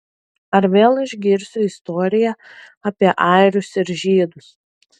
ar vėl išgirsiu istoriją apie airius ir žydus